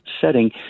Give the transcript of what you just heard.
setting